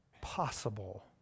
possible